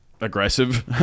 aggressive